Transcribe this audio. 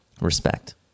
Respect